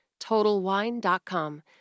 TotalWine.com